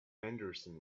henderson